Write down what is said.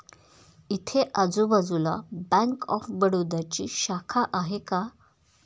इथे आजूबाजूला bank of बडोदाची शाखा आहे का?